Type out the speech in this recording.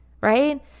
right